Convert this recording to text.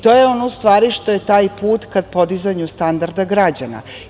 To je ono što je taj put, ka podizanju standarda građana.